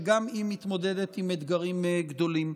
שגם היא מתמודדת עם אתגרים גדולים.